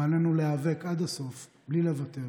ועלינו להיאבק עד הסוף בלי לוותר,